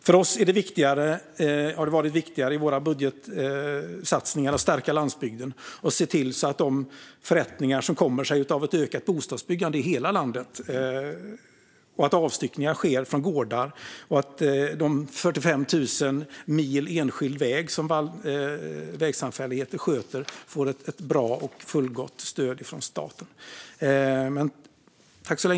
För oss har det varit viktigare att i våra budgetsatsningar stärka landsbygden och se till de förrättningar som kommer sig av ett ökat bostadsbyggande i hela landet. Det handlar om att avstyckningar sker från gårdar och att de 45 000 mil enskild väg som vägsamfälligheter sköter får ett bra och fullgott stöd från staten.